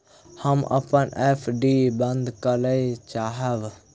हम अपन एफ.डी बंद करय चाहब